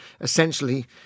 essentially